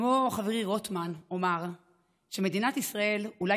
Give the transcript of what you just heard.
כמו חברי רוטמן אומר שמדינת ישראל אולי